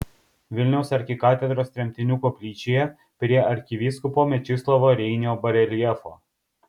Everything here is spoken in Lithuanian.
vilniaus arkikatedros tremtinių koplyčioje prie arkivyskupo mečislovo reinio bareljefo